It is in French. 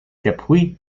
depuis